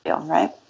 right